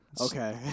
Okay